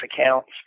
accounts